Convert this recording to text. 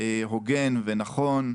הוגן ונכון,